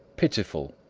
pitiful,